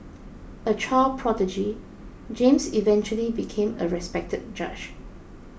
a child prodigy James eventually became a respected judge